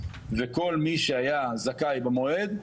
וכל מי שהיה זכאי במועד,